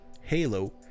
Halo